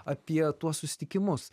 apie tuos susitikimus